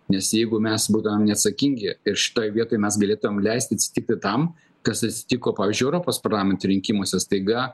nes jeigu mes būdavom neatsakingi ir šitoj vietoj mes galėtumėm leisti atsitikti tam kas atsitiko pavyzdžiui europos parlamento rinkimuose staiga